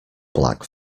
black